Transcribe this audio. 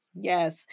Yes